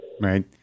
Right